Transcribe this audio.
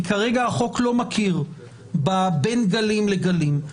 כי כרגע החוק לא מכיר בין גלים לגלים.